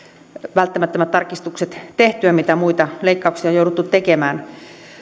välttämättömät tarkistukset tehtyä kun taas muita leikkauksia on jouduttu tekemään